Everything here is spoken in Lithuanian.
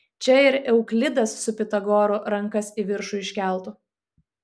čia ir euklidas su pitagoru rankas į viršų iškeltų